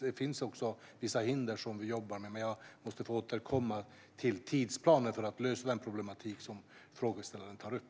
Det finns också vissa hinder som vi jobbar med, men jag måste få återkomma angående tidsplanen för att lösa den problematik som frågeställaren tar upp.